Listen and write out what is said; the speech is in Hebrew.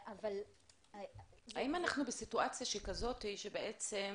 האם אנחנו בסיטואציה שכזאת, שבעצם